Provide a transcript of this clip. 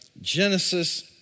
Genesis